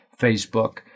Facebook